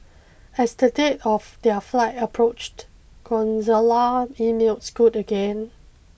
as the date of their flight approached emailed Scoot again